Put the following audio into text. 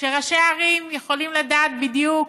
כשראשי ערים יכולים לדעת בדיוק